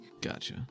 Gotcha